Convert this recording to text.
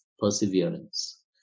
perseverance